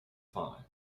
five